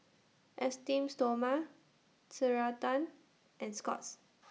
Esteem Stoma Ceradan and Scott's